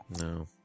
No